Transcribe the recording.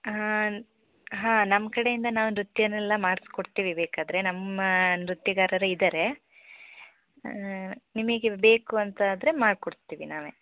ಹಾಂ ಹಾಂ ನಮ್ಮ ಕಡೆಯಿಂದ ನಾವು ನೃತ್ಯನೆಲ್ಲ ಮಾಡ್ಸ್ಕೊಡ್ತಿವಿ ಬೇಕಾದರೆ ನಮ್ಮ ನೃತ್ಯಗಾರರೇ ಇದ್ದಾರೆ ನಿಮಗೆ ಬೇಕು ಅಂತಾದರೆ ಮಾಡ್ಕೊಡ್ತೀವಿ ನಾವೇ